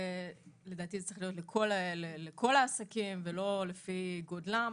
לדעתי זה צריך להיות לכל העסקים ולא לפי גודלם,